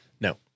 No